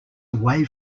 away